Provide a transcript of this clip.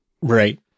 right